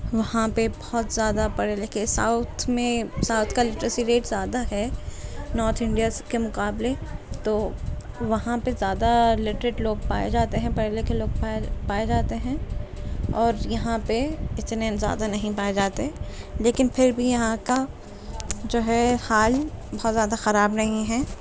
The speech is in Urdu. وہاں پہ بہت زیادہ پڑھے لکھے ساؤتھ میں ساؤتھ کا لٹریسی ریٹ زیادہ ہے نارتھ انڈیا کے مقابلے تو وہاں پہ زیادہ لٹریٹ لوگ پائے جاتے ہیں پڑھے لکھے لوگ پائے پائے جاتے ہیں اور یہاں پہ اتنے زیادہ نہیں پائے جاتے لیکن پھر بھی یہاں کا جو ہے حال بہت زیادہ خراب نہیں ہے